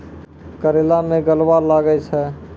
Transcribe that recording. करेला मैं गलवा लागे छ?